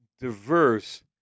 diverse